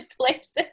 places